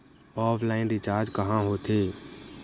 Offline recharge कहां होथे?